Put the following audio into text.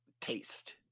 taste